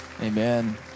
Amen